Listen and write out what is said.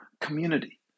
community